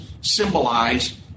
symbolize